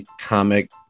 comic